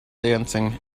dancing